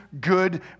good